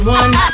one